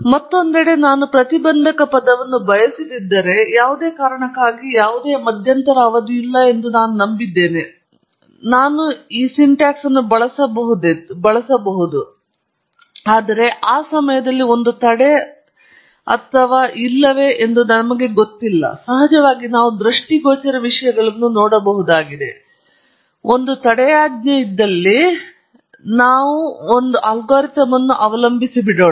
ಮತ್ತೊಂದೆಡೆ ನಾನು ಪ್ರತಿಬಂಧಕ ಪದವನ್ನು ಬಯಸದಿದ್ದರೆ ಯಾವುದೇ ಕಾರಣಕ್ಕಾಗಿ ಯಾವುದೇ ಮಧ್ಯಂತರ ಅವಧಿಯಿಲ್ಲ ಎಂದು ನಾನು ನಂಬಿದ್ದೇನೆ ನಂತರ ನಾನು ಈ ಸಿಂಟ್ಯಾಕ್ಸ್ ಅನ್ನು ಬಳಸಬಹುದೆಂದು ನಂಬಿದ್ದೆವು ಆದರೆ ಆ ಸಮಯದಲ್ಲಿ ಒಂದು ತಡೆ ಅಥವಾ ಇಲ್ಲವೇ ಎಂದು ನಮಗೆ ಗೊತ್ತಿಲ್ಲ ಸಹಜವಾಗಿ ನಾವು ದೃಷ್ಟಿಗೋಚರ ವಿಷಯಗಳನ್ನು ನೋಡಬಹುದಾಗಿದೆ ಆದರೆ ಒಂದು ತಡೆಯಾಜ್ಞೆ ಇದ್ದಲ್ಲಿ ನಮಗೆ ಮೊದಲು ಅಲ್ಗಾರಿದಮ್ ಅನ್ನು ಅವಲಂಬಿಸಿಬಿಡೋಣ